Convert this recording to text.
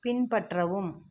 பின்பற்றவும்